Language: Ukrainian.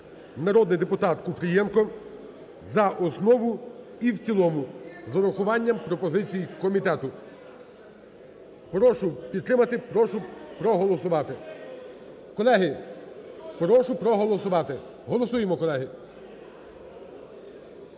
народний депутат Купрієнко, за основу і в цілому (з урахуванням пропозицій комітету). Прошу підтримати, прошу проголосувати. Колеги, прошу проголосувати. Голосуємо, колеги.